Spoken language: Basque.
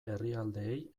herrialdeei